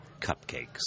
cupcakes